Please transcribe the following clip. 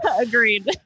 Agreed